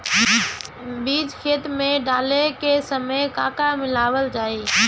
बीज खेत मे डाले के सामय का का मिलावल जाई?